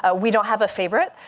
ah we don't have a favorite.